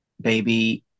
baby